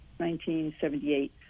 1978